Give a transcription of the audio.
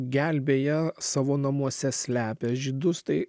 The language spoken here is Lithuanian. gelbėja savo namuose slepia žydus tai